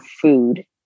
food